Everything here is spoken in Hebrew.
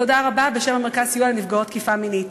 תודה רבה בשם המרכז לסיוע לנפגעות תקיפה מינית.